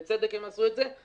בצדק הם עשו את זה.